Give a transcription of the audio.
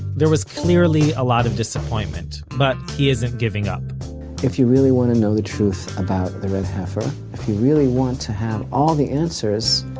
there was clearly a lot of disappointment. but he isn't giving up if you really want to know the truth about the red heifer, if you really want to have all the answers,